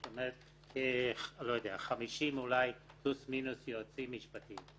זאת אומרת אולי כ-50 יועצים משפטיים.